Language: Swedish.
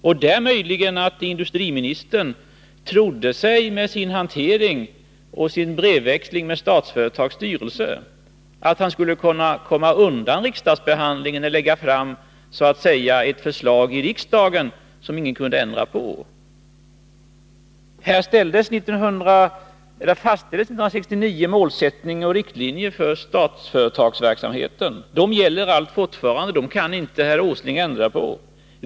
Genom sin hantering och brevväxling med Statsföretags styrelse trodde möjligen industriministern att han skulle komma undan riksdagsbehandlingen och i riksdagen lägga fram ett förslag som ingen kan ändra på. 1969 fastställdes målsättning och riktlinjer för Statsföretagsverksamheten. Vad som då beslöts gäller fortfarande, det kan inte herr Åsling ändra på.